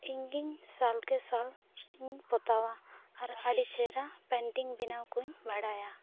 ᱤᱧ ᱜᱮᱧ ᱥᱟᱞᱠᱮ ᱥᱟᱞ ᱤᱧ ᱯᱚᱛᱟᱣᱟ ᱟᱨ ᱟᱹᱰᱤ ᱪᱮᱦᱨᱟ ᱯᱮᱱᱴᱤᱝ ᱵᱮᱱᱟᱣ ᱠᱚᱧ ᱵᱟᱲᱟᱭᱟ